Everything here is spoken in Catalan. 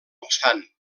obstant